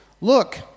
Look